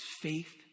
faith